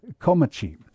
Komachi